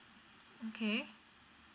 okay